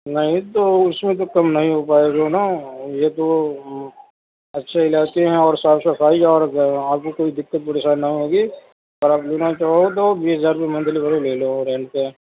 نہیں تو اُس میں تو کم نہیں ہو پائے گا نا یہ تو اچھے علاقے ہیں اور صاف صفائی اور آپ کو کوئی دقت پریشان نہ ہوگی اور آپ لینا چاہو تو بیس ہزار روپے منتھلی میں لے لو رینٹ پے